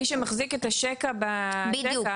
מי שמחזיק את השקע בתקע,